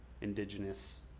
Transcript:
indigenous